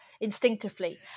instinctively